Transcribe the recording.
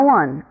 one